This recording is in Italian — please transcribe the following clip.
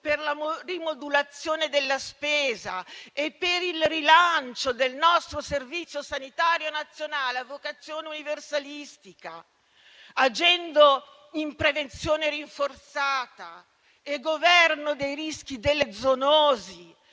per la rimodulazione della spesa e per il rilancio del nostro Servizio sanitario nazionale a vocazione universalistica, agendo in prevenzione rinforzata, e governo dei rischi delle zoonosi,